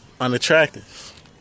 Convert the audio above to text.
unattractive